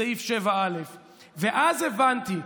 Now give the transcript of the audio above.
סעיף 7א. ואז הבנתי,